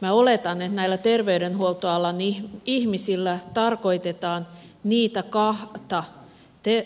minä oletan että näillä terveydenhuoltoalan ihmisillä tarkoitetaan